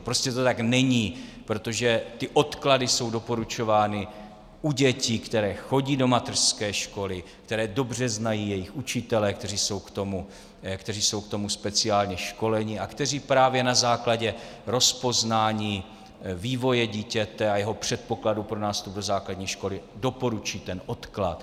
Prostě to tak není, protože ty odklady jsou doporučovány u dětí, které chodí do mateřské školy, které dobře znají jejich učitelé, kteří jsou k tomu speciálně školení a kteří právě na základě rozpoznání vývoje dítěte a jeho předpokladu pro nástup do základní školy doporučí ten odklad.